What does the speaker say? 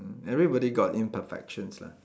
everybody got imperfections lah